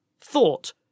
thought